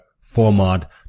format